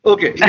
Okay